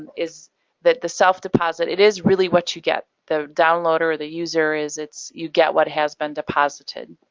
and is that the self-deposit it is really what you get. the downloader or the user is it's you get what has been deposited.